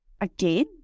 Again